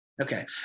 okay